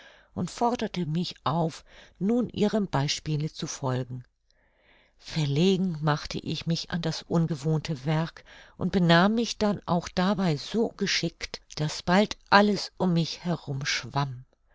und forderte mich auf nun ihrem beispiele zu folgen verlegen machte ich mich an das ungewohnte werk und benahm mich dann auch dabei so geschickt daß bald alles um mich herum schwamm